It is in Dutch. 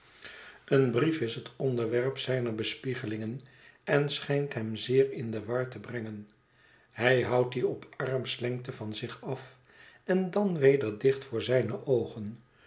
een brief is het onderwerp zijner bespiegelingen en schijnt hem zeer in de war te brengen hij houdt dien op armslengte van zich af en dan weder dicht voor zijne oogen